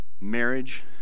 Marriage